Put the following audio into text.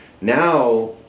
Now